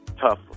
tough